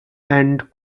and